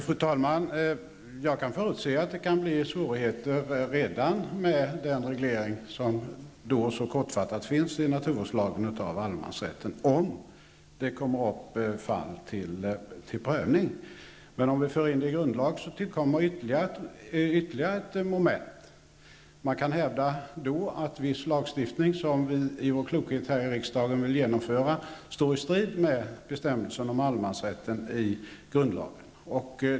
Fru talman! Jag kan förutse att det kan bli svårigheter redan med den kortfattade reglering som finns i naturvårdslagen av allemansrätten, om fall skulle komma upp till prövning. Om vi för in allemansrätten i grundlagen tillkommer ytterligare ett moment. Man kan hävda att viss lagstiftning som vi i vår klokhet här i riksdagen vill genomföra står i strid med bestämmelserna om allemansrätten i grundlagen.